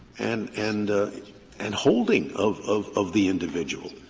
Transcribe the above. and and and holding of of of the individual.